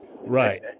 Right